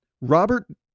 Robert